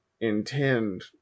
intend